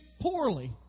poorly